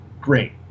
Great